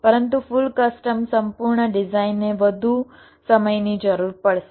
પરંતુ full custom સંપૂર્ણ ડિઝાઇનને વધુ સમયની જરૂર પડશે